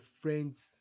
friends